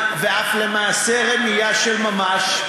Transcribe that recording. ואף למעשי רמייה של ממש,